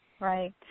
Right